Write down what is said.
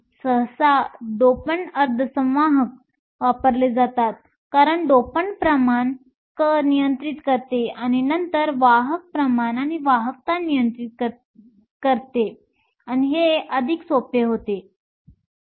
सहसा डोप्ड अर्धसंवाहक वापरले जातात कारण डोपंट प्रमाण नियंत्रित करणे आणि नंतर वाहक प्रमाण आणि वाहकता नियंत्रित करणे अधिक सोपे होते